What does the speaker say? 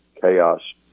chaos